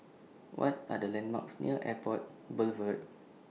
What Are The landmarks near Airport Boulevard